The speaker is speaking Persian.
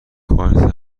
کارت